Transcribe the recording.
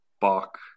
Bach